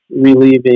relieving